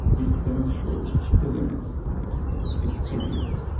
this does show the limits perhaps, of this ideal,